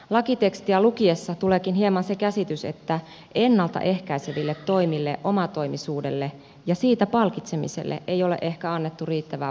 lakitekstiä lukiessa tuleekin hieman se käsitys että ennalta ehkäiseville toimille omatoimisuudelle ja siitä palkitsemiselle ei ole ehkä annettu riittävää painoarvoa